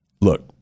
look